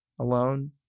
alone